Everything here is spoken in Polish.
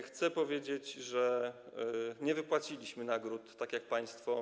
Chcę powiedzieć, że nie wypłaciliśmy nagród członkom, tak jak państwo.